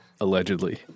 allegedly